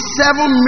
seven